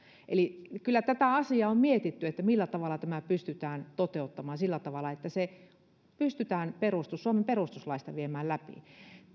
eli kyllä tätä asiaa on mietitty että millä tavalla tämä pystytään toteuttamaan sillä tavalla että se pystytään suomen perustuslaista viemään läpi